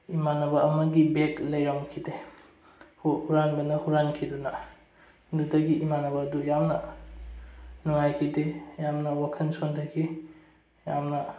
ꯏꯃꯥꯟꯅꯕ ꯑꯃꯒꯤ ꯕꯦꯒ ꯂꯩꯔꯝꯈꯤꯗꯦ ꯍꯨꯔꯥꯟꯕꯅ ꯍꯨꯔꯥꯟꯈꯤꯗꯨꯅ ꯑꯗꯨꯗꯒꯤ ꯏꯃꯥꯟꯅꯕ ꯑꯗꯨ ꯌꯥꯝꯅ ꯅꯨꯡꯉꯥꯏꯈꯤꯗꯦ ꯌꯥꯝꯅ ꯋꯥꯈꯜ ꯁꯣꯟꯊꯈꯤ ꯌꯥꯝꯅ